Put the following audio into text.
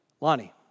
Lonnie